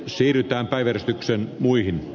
siirrytään päivystyksen muihin